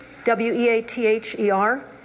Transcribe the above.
W-E-A-T-H-E-R